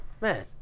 Man